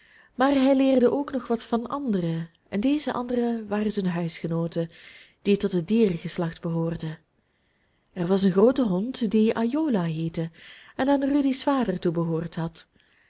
maar hij leerde ook nog wat van anderen en deze anderen waren zijn huisgenooten die tot het dierengeslacht behoorden er was een groote hond die ajola heette en aan rudy's vader toebehoord had